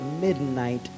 midnight